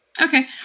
Okay